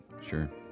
Sure